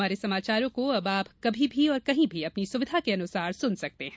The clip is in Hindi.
हमारे समाचारों को अब आप कभी भी और कहीं भी अपनी सुविधा के अनुसार सुन सकते हैं